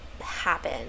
happen